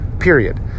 period